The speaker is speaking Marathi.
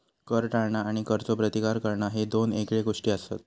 कर टाळणा आणि करचो प्रतिकार करणा ह्ये दोन येगळे गोष्टी आसत